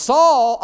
Saul